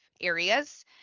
areas